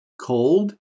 cold